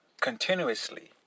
Continuously